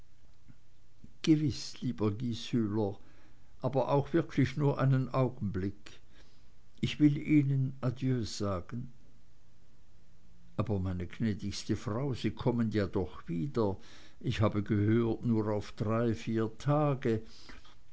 gewiß lieber gieshübler aber auch wirklich nur einen augenblick ich will ihnen adieu sagen aber meine gnädigste frau sie kommen ja doch wieder ich habe gehört nur auf drei vier tage